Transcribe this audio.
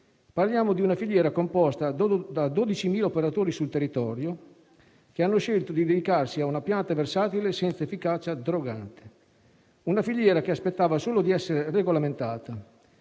Parliamo di una filiera composta da 12.000 operatori sul territorio che hanno scelto di dedicarsi a una pianta versatile senza efficacia drogante; una filiera che aspettava solo di essere regolamentata.